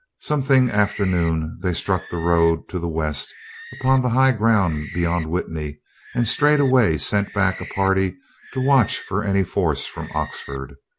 something after noon they struck the road to the west upon the high ground beyond witney and straightway sent back a party to watch for any force from oxford.